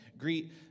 Greet